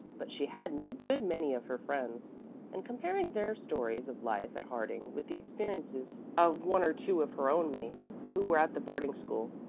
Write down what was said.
but she had met a good many of her friends and comparing their stories of life at harding with the experiences of one or two of her own mates who were at the boarding-school,